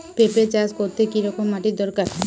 পেঁপে চাষ করতে কি রকম মাটির দরকার?